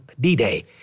D-Day